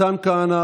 מתן כהנא,